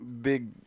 ...big